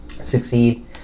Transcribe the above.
succeed